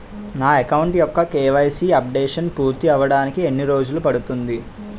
నా అకౌంట్ యెక్క KYC updation పూర్తి అవ్వడానికి ఎన్ని రోజులు పడుతుంది?